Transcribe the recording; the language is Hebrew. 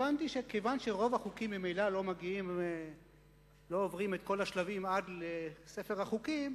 הבנתי שכיוון שרוב החוקים ממילא לא עוברים את כל השלבים עד לספר החוקים,